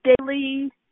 daily